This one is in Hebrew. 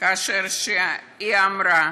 שאמרה: